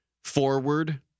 forward